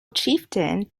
chieftain